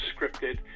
scripted